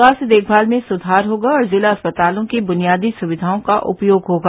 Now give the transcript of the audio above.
स्वास्थ्य देखभाल में सुधार होगा और जिला अस्पतालों की बुनियादी सुविधाओं का उपयोग होगा